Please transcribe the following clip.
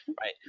Right